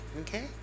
okay